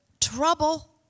trouble